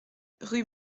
rue